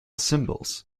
symbols